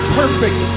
perfect